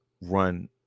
run